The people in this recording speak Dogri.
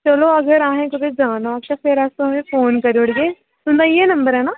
चलो अगर अहें कुदै जाना होग ता फेर अस तुसेंगी फोन करी ओड़गे तुंदा इ'यै नम्बर ऐ ना